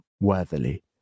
worthily